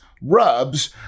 rubs